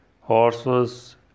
horses